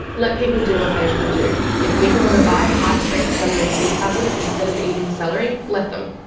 let people do what they want to do, if people want to buy high strength celery seed tablets, instead of eating celery, let them.